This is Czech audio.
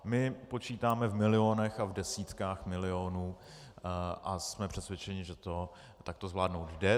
My počítáme v milionech a v desítkách milionů a jsme přesvědčeni, že to takto zvládnout jde.